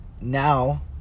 now